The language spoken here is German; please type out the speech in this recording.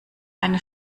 eine